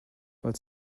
while